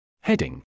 Heading